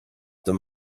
them